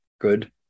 good